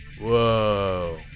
Whoa